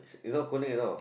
is not coding at all